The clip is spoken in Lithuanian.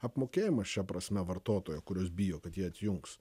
apmokėjimą šia prasme vartotojo kuris bijo kad jį atjungs